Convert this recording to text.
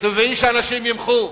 טבעי שאנשים ימחו,